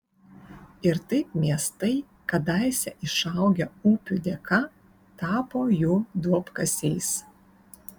ir taip miestai kadaise išaugę upių dėka tapo jų duobkasiais